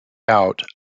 out